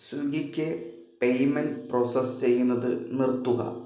സ്വിഗ്ഗിയ്ക്ക് payment process ചെയ്യുന്നത് നിർത്തുക